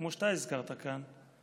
כמו שאתה הזכרת כאן,